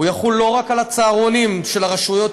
וזה יחול לא רק על הצהרונים של הרשויות,